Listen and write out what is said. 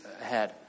ahead